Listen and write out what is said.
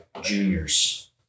juniors